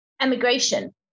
emigration